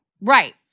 Right